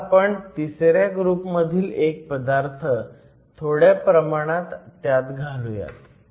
आता आपण तिसऱ्या ग्रुप मधील एक पदार्थ थोड्या प्रमाणात त्यात घालूयात